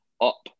up